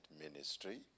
ministry